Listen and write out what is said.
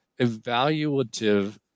evaluative